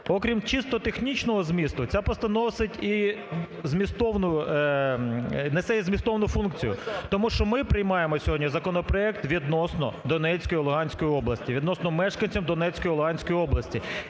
окрім чисто технічного змісту, ця постанова несе і змістовну функцію, тому що ми приймаємо сьогодні законопроект відносно Донецької і Луганської області, відносно мешканців Донецької і Луганської області.